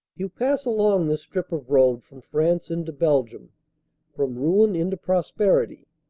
you pass along this strip of road from france into belgium from ruin into prosperity,